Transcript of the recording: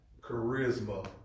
charisma